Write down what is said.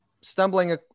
stumbling